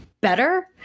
better